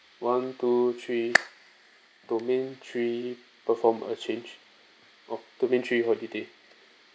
one two three domain three perform a change oh domain three holiday